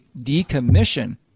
decommission